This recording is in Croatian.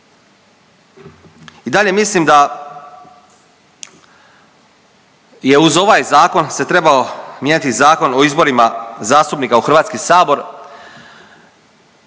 I dalje mislim da je uz ovaj zakon se trebao mijenjati i Zakon o izborima zastupnika u Hrvatski sabor